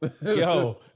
yo